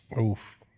Oof